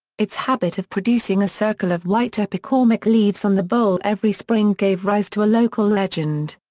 its habit of producing a circle of white epicormic leaves on the bole every spring gave rise to a local legend.